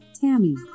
Tammy